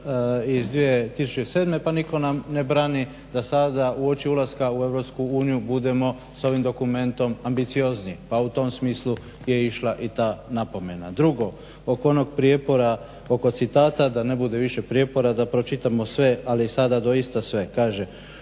iz 2007.pa nitko nam ne brani da sada uoči ulaska u EU budemo s ovim dokumentom ambiciozniji a u tom smislu je išla i ta napomena. Drugo, oko onog prijepora oko citata da ne bude više prijepora da pročitamo sve ali sada doista sve kaže